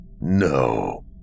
No